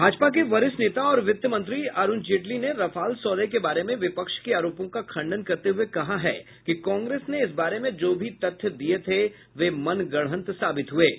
भाजपा के वरिष्ठ नेता और वित्त मंत्री अरुण जेटली ने रफाल सौदे के बारे में विपक्ष के आरोपों का खंडन करते हुए कहा है कि कांग्रेस ने इस बारे में जो भी तथ्य दिए थे वे मनगढ़ंत साबित हुए हैं